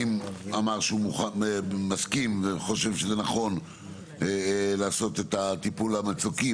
אמר שהוא מסכים וחושב שזה נכון לעשות את הטיפול המצוקי,